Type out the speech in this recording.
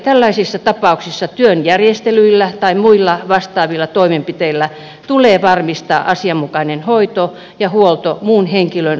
tällaisissa tapauksissa työn järjestelyillä tai muilla vastaavilla toimenpiteillä tulee varmistaa asianmukainen hoito ja huolto muun henkilön suorittamana